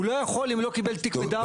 הוא לא יכול אם לא קיבל תיק מידע,